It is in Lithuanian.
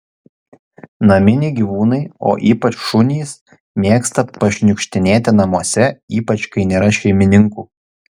naminiai gyvūnai o ypač šunys mėgsta pašniukštinėti namuose ypač kai nėra šeimininkų